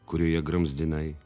kurioje gramzdinai